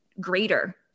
greater